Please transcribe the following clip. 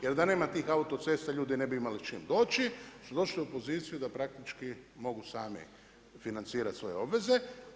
Jer da nema tih autocesta ljudi ne bi imali s čim doći su došli u poziciju da praktički mogu sami financirat svoje obveze.